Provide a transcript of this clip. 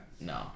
no